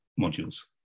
modules